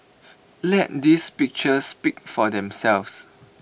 let these pictures speak for themselves